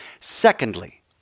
Secondly